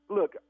Look